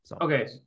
Okay